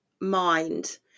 mind